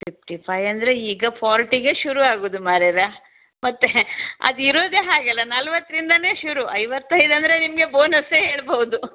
fifty five ಅಂದರೆ ಈಗ ಫೋರ್ಟಿಗೆ ಶುರು ಆಗುವುದು ಮಾರಾಯರೆ ಮತ್ತೆ ಅದು ಇರೋದೆ ಹಾಗೆ ಅಲ್ಲ ನಲವತ್ತರಿಂದಾನೆ ಶುರು ಐವತ್ತೈದಂದರೆ ನಿಮಗೆ ಬೋನಸ್ಸೇನ ಹೇಳ್ಬೋದು